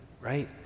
right